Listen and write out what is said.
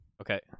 Okay